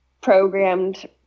programmed